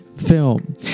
Film